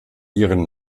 ihren